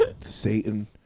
Satan